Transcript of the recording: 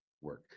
work